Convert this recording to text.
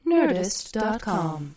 Nerdist.com